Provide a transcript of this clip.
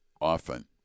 often